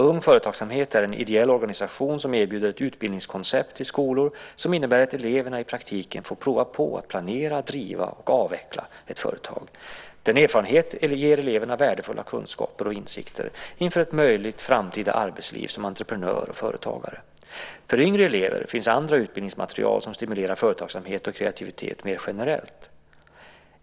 Ung Företagsamhet är en ideell organisation som erbjuder ett utbildningskoncept till skolor som innebär att eleverna i praktiken får prova på att planera, driva och avveckla ett företag. Denna erfarenhet ger eleverna värdefulla kunskaper och insikter inför ett möjligt framtida arbetsliv som entreprenör och företagare. För yngre elever finns andra utbildningsmaterial som stimulerar företagsamhet och kreativitet mer generellt.